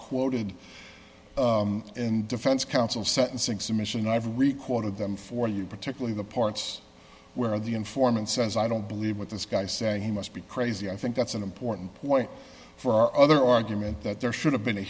quoted in defense counsel sentencing submission i've requoted them for you particularly the parts where the informant says i don't believe what this guy said he must be crazy i think that's an important point for our other argument that there should have been a